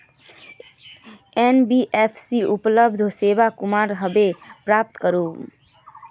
NBFC उपलब्ध सेवा कुंसम करे प्राप्त करूम?